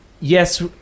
yes